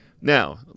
Now